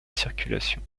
circulation